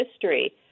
history